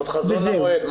עוד חזון למועד.